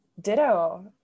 Ditto